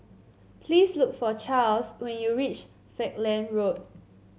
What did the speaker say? please look for Charls when you reach Falkland Road